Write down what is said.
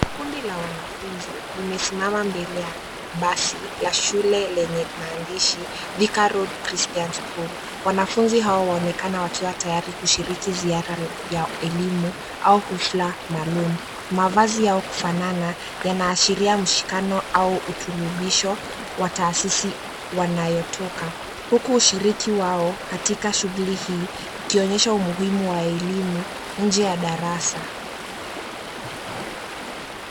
Kundi la wanafunzi limesimama mbele ya basi la shule lenye maandishi Thika Road Christian School. Wanafunzi hao waonekana wakiwa tayari kushiriki ziara ya elimu au hafla maalum. Mavazi yao kufanana yanaashiria mshikano au uturubisho wa taasisi wanayotoka huku ushiriki wao katika shughuli hii ukionyesha umuhimu wa elimu nje ya darasa.